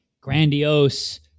grandiose